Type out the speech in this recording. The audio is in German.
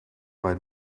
wide